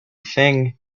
thing